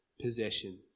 possession